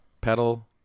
pedal